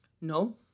No